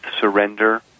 surrender